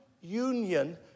union